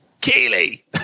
Keely